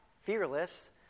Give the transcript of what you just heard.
fearless